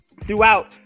throughout